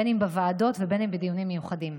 בין שבוועדות ובין שבדיונים מיוחדים.